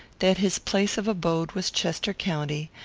that his place of abode was chester county,